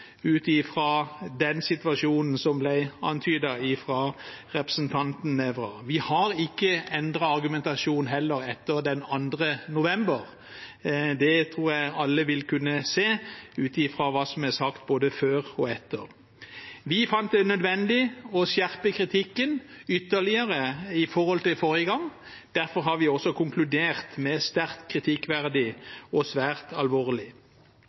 ut fra den situasjonen som ble antydet av representanten Nævra. Vi har heller ikke endret argumentasjon etter den 2. november. Det tror jeg alle vil kunne se, ut fra hva som er sagt både før og etter. Vi fant det nødvendig å skjerpe kritikken ytterligere i forhold til forrige gang. Derfor har vi også konkludert med «sterkt kritikkverdig» og «svært alvorlig».